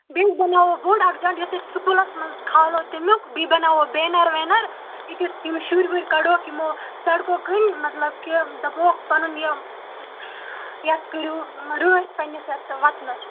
بیٚیہِ بناوو بوٚڑ اکھ جنڈٕ یُس أسۍ سکوٗلس منٛز کھالو تمیُک بیٚیہِ بناوو بینر وینر أتی تِم شُرۍ وُرۍ کَڑووکھ یمو سَڑکو کٕنۍ مطلب کہِ دَپہٕ ووکھ پنُن یہِ یَتھ کٔرِو رٲچھ پَننِس یَتھ وَطنس